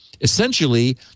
essentially